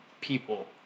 people